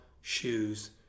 shoes